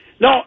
No